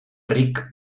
ric